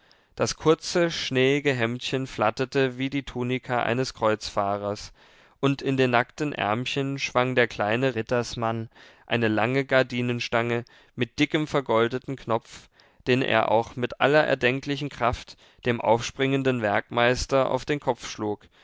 das kurze schneeige hemdchen flatterte wie die tunika eines kreuzfahrers und in den nackten ärmchen schwang der kleine rittersmann eine lange gardinenstange mit dickem vergoldeten knopf den er auch mit aller erdenklichen kraft dem aufspringenden werkmeister auf den kopf schlug